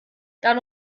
dann